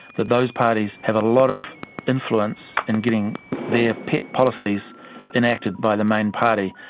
that those parties have a lot of influence in getting their pet policies enacted by the main party.